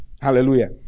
Hallelujah